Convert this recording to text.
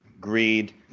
greed